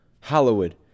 Hollywood